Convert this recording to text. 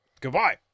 Goodbye